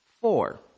Four